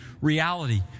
reality